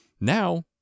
Now